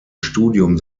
studium